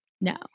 no